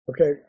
Okay